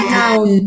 down